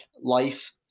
life